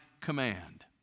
command